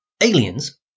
Aliens